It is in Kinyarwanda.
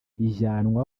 ijyanwa